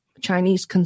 Chinese